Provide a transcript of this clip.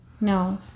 no